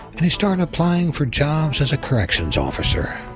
and he started applying for jobs as a corrections officer.